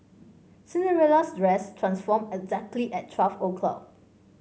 Cinderella's dress transformed exactly at twelve o'clock